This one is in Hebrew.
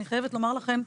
אני חייבת לומר לכם,